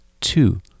Two